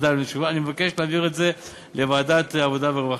אני מבקש להעביר את זה לוועדת העבודה והרווחה.